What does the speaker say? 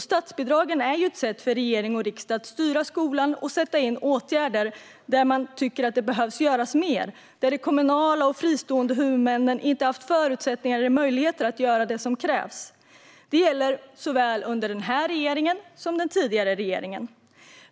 Statsbidragen är ett sätt för regering och riksdag att styra skolan och sätta in åtgärder där man tycker att det behöver göras mer, där kommunala och fristående huvudmän inte har haft förutsättningar eller möjligheter att göra det som krävs. Det gäller under såväl den här regeringen som under den tidigare regeringen.